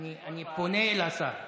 אני פונה אל השר.